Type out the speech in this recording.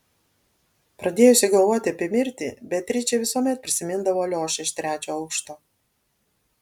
pradėjusi galvoti apie mirtį beatričė visuomet prisimindavo aliošą iš trečio aukšto